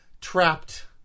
trapped